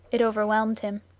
it overwhelmed him.